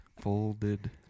folded